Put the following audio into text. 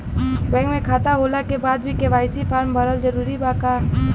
Bank में खाता होला के बाद भी के.वाइ.सी फार्म भरल जरूरी बा का?